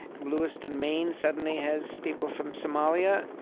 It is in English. lewiston, maine, suddenly has people from somalia.